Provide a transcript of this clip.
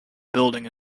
building